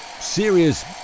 Serious